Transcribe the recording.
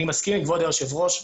אני מסכים עם כבוד היושב ראש,